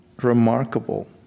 Remarkable